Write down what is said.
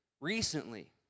recently